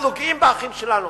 אנחנו גאים באחים שלנו.